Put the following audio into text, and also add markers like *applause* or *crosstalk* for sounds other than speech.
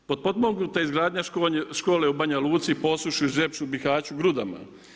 Potpomognuta izgradnja škole u Banja Luci, Posušju, … *unintelligible* Bihaću, Grudama.